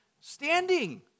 standing